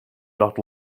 not